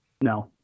no